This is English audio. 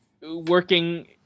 working